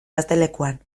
gaztelekuan